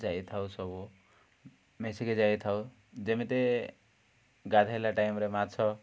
ଯାଇଥାଉ ସବୁ ମିଶିକି ଯାଇଥାଉ ଯେମିତି ଗାଧେଇଲା ଟାଇମ୍ରେ ମାଛ